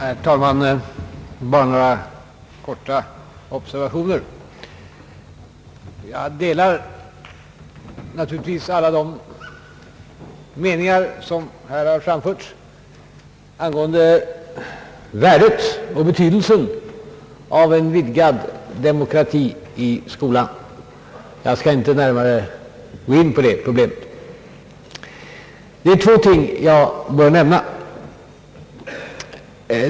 Herr talman! Bara några korta observationer! Jag delar naturligtvis alla de meningar som här har framförts angående värdet och betydelsen av en vidgad demokrati i skolan. Jag skall inte närmare gå in på de problemen. Det är två ting jag bör nämna.